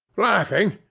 laughing?